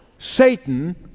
Satan